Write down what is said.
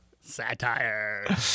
Satire